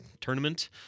tournament